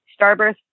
starburst